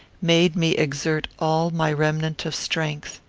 made me exert all my remnant of strength.